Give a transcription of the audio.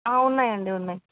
ఉన్నాయండి ఉన్నాయ్